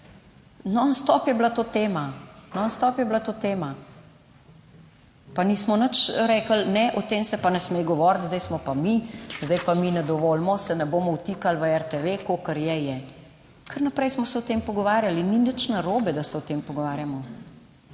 non stop je bila to tema. Pa nismo nič rekli, ne, o tem se pa ne sme govoriti, zdaj smo pa mi, zdaj pa mi ne dovolimo, se ne bomo vtikali v RTV, kolikor je je. Kar naprej smo se o tem pogovarjali in ni nič narobe, da se o tem pogovarjamo,